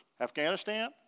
Afghanistan